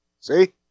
See